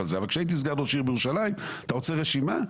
כשהייתי סגן ראש עיר בירושלים, אתה רוצה רשימה?